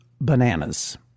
bananas